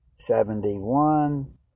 Seventy-one